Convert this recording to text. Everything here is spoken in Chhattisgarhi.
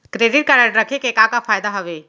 क्रेडिट कारड रखे के का का फायदा हवे?